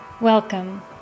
Welcome